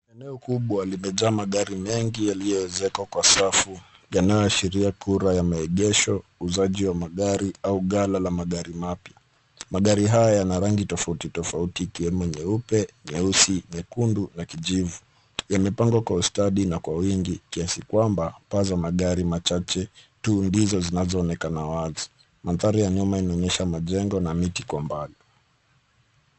Eneo kubwa limejaa magari mengi yaliyoezekwa kwa safu yanayoashiria kura ya maegesho, uuzaji wa magari au gala la magari mapya. Magari haya yana rangi tofautitofauti ikiwemo nyeupe, nyeusi, nyekundu na kijivu, yamepangwa kwa ustadi na kwa wingi kiasi kwamba, paa za magari machache tu ndizo zinazoonekana wazi. Mandhari ya nyuma inaonyesha majengo na miti kwa mbali.